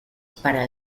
para